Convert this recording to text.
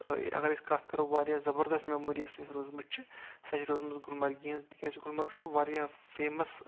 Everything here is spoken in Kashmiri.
اَگر أسۍ کَتھ کَرو واریاہ زَبردست میٚموری یۄس اَسہِ روٗزمٕژ چھِ سۄ چھےٚ روٗزمٕژ گُلمرگہِ ہٕنٛز تَکیٚازِ گُلمرگ چھُ واریاہ فیمس